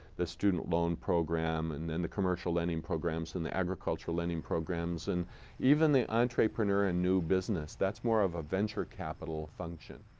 the student loan program and then the commercial lending programs and the agricultural lending programs and even the entrepreneur and new business that's more of a venture capital function.